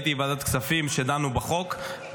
הייתי בוועדת הכספים כשדנו בחוק,